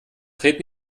treten